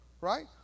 Right